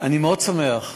אני שמח מאוד.